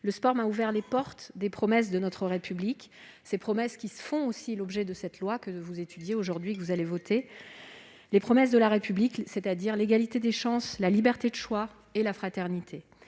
Le sport m'a ouvert les portes des promesses de notre République, ces promesses qui font aussi l'objet de cette loi que vous examinez. Les promesses de la République, c'est l'égalité des chances, la liberté de choix et la fraternité.